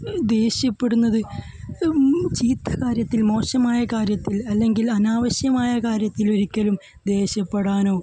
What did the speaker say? ദേഷ്യപ്പെടുന്നത് ചീത്ത കാര്യത്തിന് മോശമായ കാര്യത്തിൽ അല്ലെങ്കിൽ അനാവശ്യമായ കാര്യത്തിന് ഒരിക്കലും ദേഷ്യപ്പെടാനോ